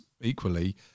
equally